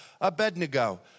Abednego